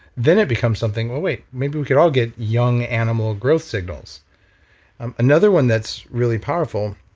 then it becomes something, oh, wait, maybe we could all get young animal growth signals another one that's really powerful,